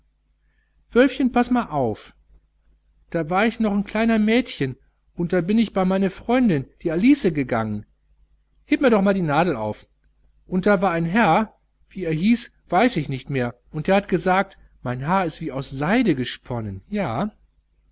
wölfchen paß ma auf da war ich noch n kleiner mädchen un da bin ich bei meine freundin die alice gegangen heb mir doch mal die nadel auf und da war ein herr wie er hieß weiß ich nicht mehr und der hat gesagt mein haar ist wie aus seide gesponnen ja